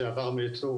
שעבר מייצור